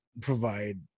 provide